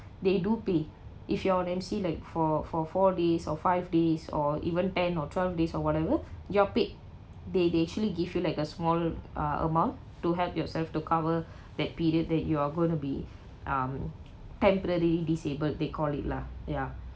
they do pay if your M_C like for for four days or five days or even ten or twelve days or whatever you're paid they they actually give you like a small uh amount to help yourself to cover that period that you're gonna be um temporarily disabled they call it lah ya